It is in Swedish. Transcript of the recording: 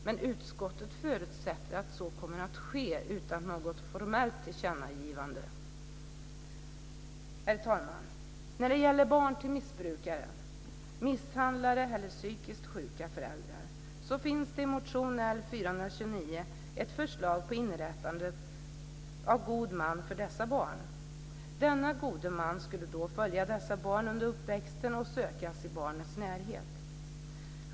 Men utskottet förutsätter att så kommer att ske utan något formellt tillkännagivande. Herr talman! När det gäller barn till missbrukare, misshandlare eller psykiskt sjuka föräldrar finns det i motion L429 ett förslag om inrättande av god man för dessa barn. Denne gode man skulle då följa dessa barn under uppväxten och kunna sökas i barnets närhet.